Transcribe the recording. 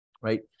right